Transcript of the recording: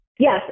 Yes